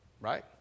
Right